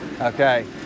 okay